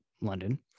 London